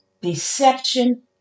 deception